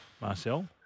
Marcel